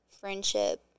friendship